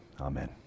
Amen